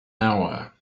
hour